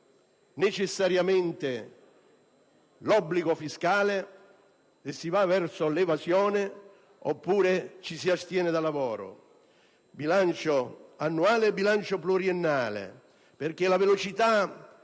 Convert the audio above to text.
necessariamente l'obbligo fiscale e si va verso l'evasione oppure ci si astiene dal lavoro. Bilancio annuale e pluriennale perché la velocità